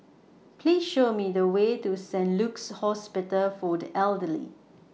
Please Show Me The Way to Saint Luke's Hospital For The Elderly